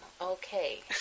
Okay